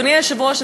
אדוני היושב-ראש,